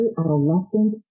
adolescent